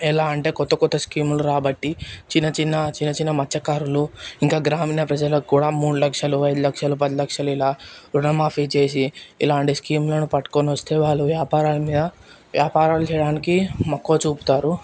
ఎలా అంటే కొత్త కొత్త స్కీములు రాబట్టి చిన్న చిన్న చిన్న చిన్న మత్స్యకారులు పెద్ద గ్రామీణ ప్రజలకు కూడా మూడు లక్షలు ఐదు లక్షలు పది లక్షలు రుణమాఫీ చేసి ఇలాంటి స్కీంలను పట్టుకుని వస్తే వాళ్ళు వ్యాపారాలు మీద వ్యాపారాలు చేయడానికి మక్కువ చూపుతారు